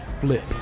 Flip